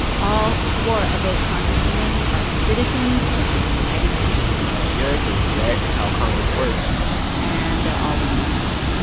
all four of those congresswomen are citizens of the united states yeah, cause that is how congress works and they're all women of color